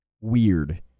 weird